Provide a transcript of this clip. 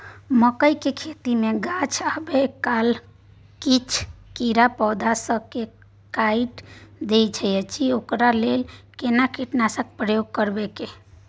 मकई के खेती मे गाछ आबै काल किछ कीरा पौधा स के काइट दैत अछि ओकरा लेल केना कीटनासक प्रयोग करब?